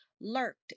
lurked